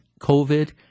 COVID